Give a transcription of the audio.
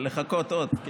לחכות עוד?